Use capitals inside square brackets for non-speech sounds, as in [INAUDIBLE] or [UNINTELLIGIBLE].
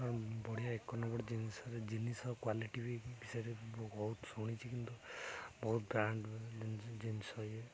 ବଢ଼ିଆ ଏକ [UNINTELLIGIBLE] ଜିନିଷ ଜିନିଷ କ୍ଵାଲିଟି ବି ବିଷୟରେ ବହୁତ ଶୁଣିଛି କିନ୍ତୁ ବହୁତ ବ୍ରାଣ୍ଡ ଜିନିଷ ଇଏ